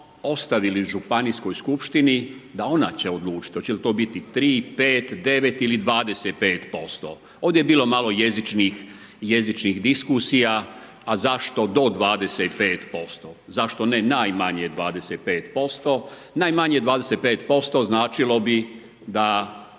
ostavili županijskoj skupštini da ona će odlučiti hoće li to biti 3, 5, 9 ili 25%. Ovdje je bilo malo jezičnih diskusija a zašto do 25%, zašto ne najmanje 25%. Najmanje 25% značilo bi da